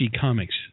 comics